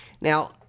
Now